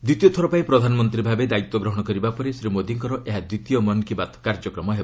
ଦ୍ୱିତୀୟଥର ପାଇଁ ପ୍ରଧାନମନ୍ତ୍ରୀ ଭାବେ ଦାୟିତ୍ୱ ଗ୍ରହଣ କରିବା ପରେ ଶ୍ରୀ ମୋଦୀଙ୍କର ଏହା ଦ୍ୱିତୀୟ ମନ୍ କି ବାତ୍ କାର୍ଯ୍ୟକ୍ରମ ହେବ